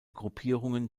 gruppierungen